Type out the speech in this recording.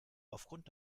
aufgrund